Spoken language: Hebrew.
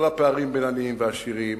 לא לפערים בין עניים לעשירים,